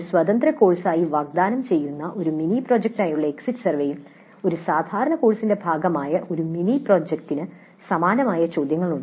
ഒരു സ്വതന്ത്ര കോഴ്സായി വാഗ്ദാനം ചെയ്യുന്ന ഒരു മിനി പ്രോജക്റ്റിനായുള്ള എക്സിറ്റ് സർവേയിൽ ഒരു സാധാരണ കോഴ്സിന്റെ ഭാഗമായ ഒരു മിനി പ്രോജക്റ്റിന് സമാനമായ ചോദ്യങ്ങളുണ്ട്